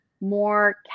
more